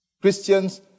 Christians